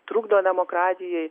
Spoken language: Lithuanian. trukdo demokratijai